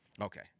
Okay